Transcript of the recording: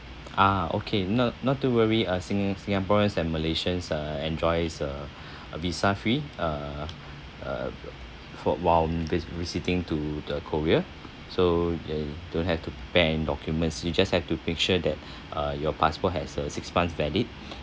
ah okay not not too worry uh sing~ singaporeans and malaysians uh enjoys a a visa free uh uh for while vi~ visiting to the korea so uh don't have to bring documents you just have to make sure that uh your passport has a six months valid